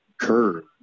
curve